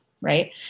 right